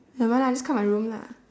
never mind lah just come my room lah